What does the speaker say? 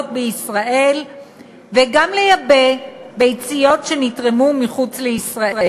בישראל וגם לייבא ביציות שנתרמו מחוץ לישראל.